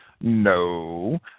No